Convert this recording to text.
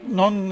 non